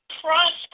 prosper